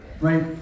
Right